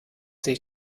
sich